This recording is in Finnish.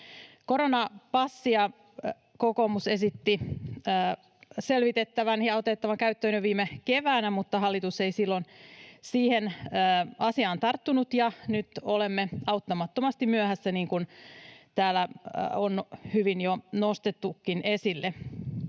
Koronapassia kokoomus esitti selvitettävän ja otettavan käyttöön jo viime keväänä, mutta hallitus ei silloin siihen asiaan tarttunut, ja nyt olemme auttamattomasti myöhässä, niin kuin täällä on hyvin jo nostettukin esille.